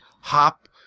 hop